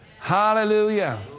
Hallelujah